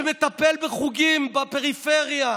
שמטפלת בחוגים בפריפריה,